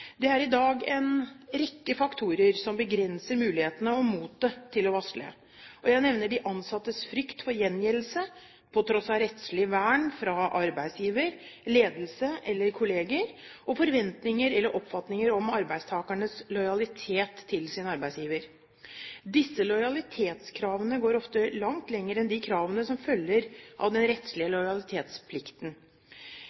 Det er i dag en rekke faktorer som begrenser mulighetene og motet til å varsle. Jeg nevner: De ansattes frykt for gjengjeldelse, på tross av rettslig vern fra arbeidsgiver, ledelse eller kolleger, og forventninger eller oppfatninger om arbeidstakernes lojalitet til sin arbeidsgiver. Disse lojalitetskravene går ofte langt lenger enn de kravene som følger av den rettslige